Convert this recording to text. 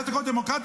די כבר, דמוקרטיה.